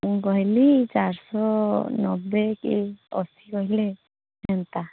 ମୁଁ କହିଲି ଚାରିଶହ ନବେ କି ଅଧିକ ହେଲେ ହୁଅନ୍ତା